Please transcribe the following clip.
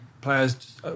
players